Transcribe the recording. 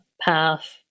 path